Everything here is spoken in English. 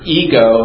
ego